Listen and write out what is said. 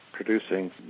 producing